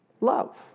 love